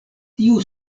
tiu